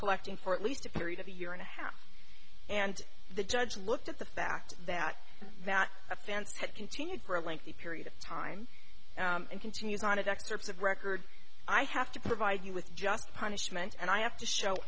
collecting for at least a period of a year and a half and the judge looked at the fact that that offense had continued for a lengthy period of time and continues on it excerpts of record i have to provide you with just punishment and i have to show